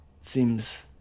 seems